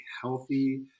healthy